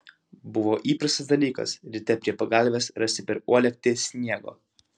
buvo įprastas dalykas ryte prie pagalvės rasti per uolektį sniego